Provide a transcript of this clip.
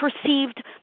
perceived